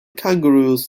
kangaroos